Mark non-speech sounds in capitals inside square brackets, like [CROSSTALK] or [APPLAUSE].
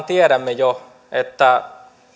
[UNINTELLIGIBLE] tiedämme jo että